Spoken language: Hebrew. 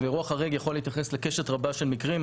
ואירוע חריג יכול להתייחס לקשת רבה של מקרים.